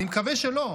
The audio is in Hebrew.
אני מקווה שלא,